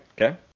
Okay